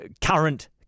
current